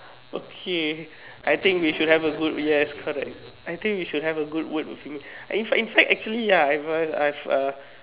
okay I think we should have a good yes correct I think we should have a good word with me in fact in fact actually ya I have a I have a